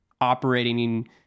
operating